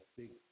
big